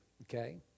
okay